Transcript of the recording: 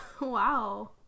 Wow